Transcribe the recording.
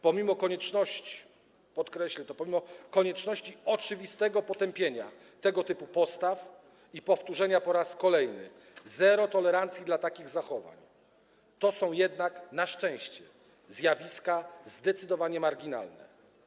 Pomimo konieczności - podkreślę to - pomimo konieczności oczywistego potępienia tego typu postaw i powtórzenia po raz kolejny: zero tolerancji dla takich zachowań, to są jednak na szczęście zjawiska zdecydowanie marginalne.